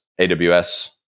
AWS